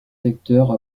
secteurs